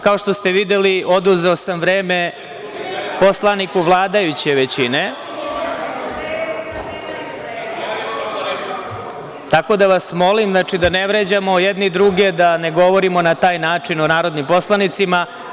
Kao što ste videli, oduzeo sam vreme poslaniku vladajuće većine, tako da vas molim da ne vređamo jedni druge, da ne govorimo na taj način o narodnim poslanicima.